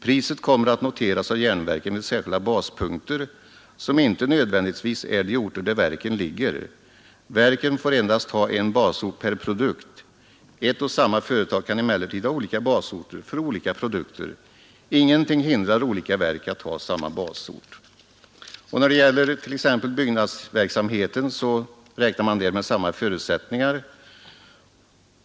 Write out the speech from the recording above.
Priset kommer att noteras av järnverken vid särskilda baspunkter, som inte nödvändigtvis är de orter där verken ligger. Verken får endast ha en basort per produkt. Ett och samma företag kan emellertid ha olika basorter för olika produkter. Ingenting hindrar olika verk att ha samma basort. För den hemmamarknadsbetonade byggnadsverksamheten gäller följande förutsättningar.